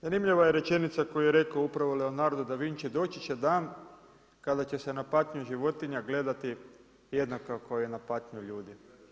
Zanimljiva je rečenica koju je rekao upravo Leonardo Da Vinci, doći će dan kada će se na patnju životinja gledati jednako kao i na patnju ljudi.